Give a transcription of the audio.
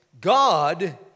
God